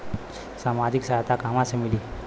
सामाजिक सहायता कहवा से मिली?